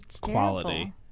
quality